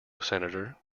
senator